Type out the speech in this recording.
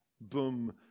Boom